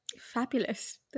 Fabulous